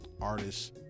artists